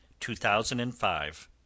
2005